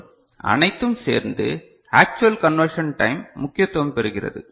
மற்றும் அனைத்தும் சேர்ந்து ஆக்சுவல் கன்வெர்ஷன் டைம் முக்கியத்துவம் பெறுகிறது